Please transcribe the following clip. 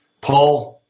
Paul